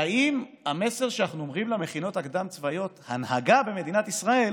האם המסר שאנחנו אומרים למכינות הקדם-צבאיות הוא שהנהגה במדינת ישראל